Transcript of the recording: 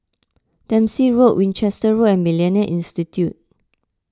Dempsey Road Winchester Road and Millennia Institute